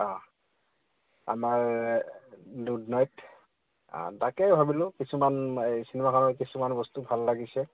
অঁ আমাৰ দুধনৈত অঁ তাকেই ভাবিলোঁ কিছুমান এই চিনেমাখৰ কিছুমান বস্তু ভাল লাগিছে